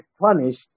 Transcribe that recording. punished